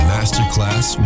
Masterclass